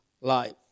life